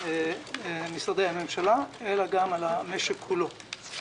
משרדי הממשלה אלא גם על המשק כולו.